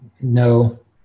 No